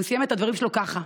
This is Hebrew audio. הוא סיים את הדברים שלו כך: